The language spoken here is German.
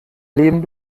leben